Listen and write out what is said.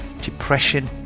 depression